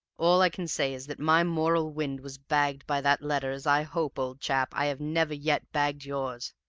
all i can say is that my moral wind was bagged by that letter as i hope, old chap, i have never yet bagged yours.